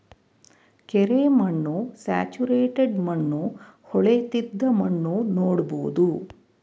ಕೆರೆ ಮಣ್ಣು, ಸ್ಯಾಚುರೇಟೆಡ್ ಮಣ್ಣು, ಹೊಳೆತ್ತಿದ ಮಣ್ಣು ನೋಡ್ಬೋದು